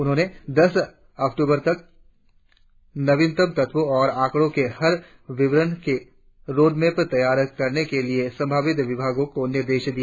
उन्होंने दस अक्टूबर तक नवीनतम तथ्यों और आंकड़ों के हर विवरण के रोडमैप तैयार करने के लिए संभावित विभागों को निर्देशित किया